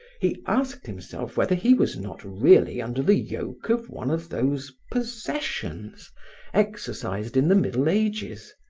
he asked himself whether he was not really under the yoke of one of those possessions exercised in the middle ages.